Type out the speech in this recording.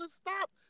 stop